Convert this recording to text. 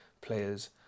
players